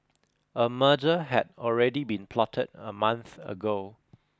a murder had already been plotted a month ago